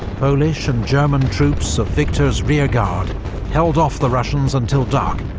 polish and german troops of victor's rearguard held off the russians until dark,